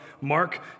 mark